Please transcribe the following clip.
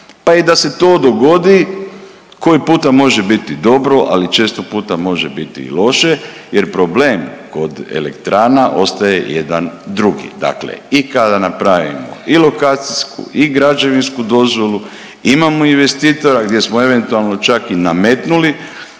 pa i da se to dogodi koji puta može biti dobro, ali često puta može biti loše jer problem kod elektrana ostaje jedan drugi. Dakle, i kada napravimo i lokacijsku i građevinsku dozvolu, imamo investitora gdje smo eventualno čak i nametnuli